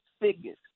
figures